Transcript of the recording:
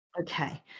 Okay